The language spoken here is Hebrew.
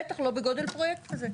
בטח לא בגודל פרויקט כזה.